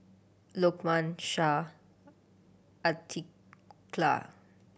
Lokman Shah Aqilah